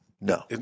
No